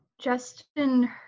Justin